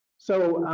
so